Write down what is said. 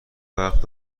وقت